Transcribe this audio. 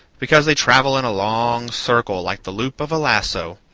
because they travel in a long circle like the loop of a lasso,